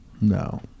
No